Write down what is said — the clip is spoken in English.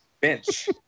bench